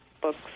books